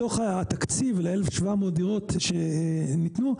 מתוך התקציב ל-1,700 דירות שניתנו,